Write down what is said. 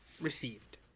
received